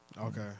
Okay